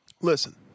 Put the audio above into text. Listen